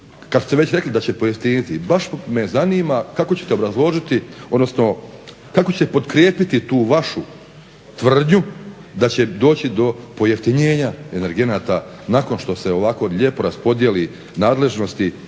kada ste već rekli da će pojeftiniti baš me zanima kako ćete obrazložiti odnosno kako će potkrijepiti tu vašu tvrdnju da će doći do pojeftinjenja energenata nakon što se ovako lijepo raspodijeli nadležnosti